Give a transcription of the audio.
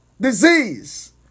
Disease